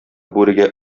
бүрегә